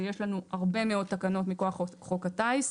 ויש לנו הרבה מאוד תקנות מכוח חוק הטיס.